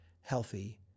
healthy